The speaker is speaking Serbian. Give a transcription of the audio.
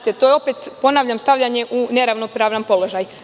To je opet stavljanje u neravnopravan položaj.